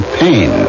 pain